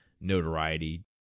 notoriety